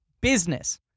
business